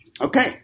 Okay